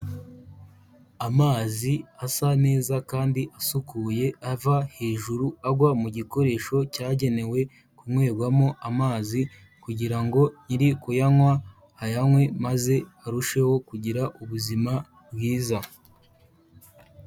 Amazi asa neza kandi asukuye ava hejuru agwa mu gikoresho cyagenewe kunywegwamo amazi kugira ngo uri kuyanywa ayanywe maze arusheho kugira ubuzima bwiza.